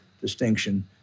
distinction